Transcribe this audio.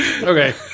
okay